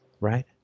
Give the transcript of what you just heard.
right